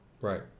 Right